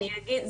אני אגיד,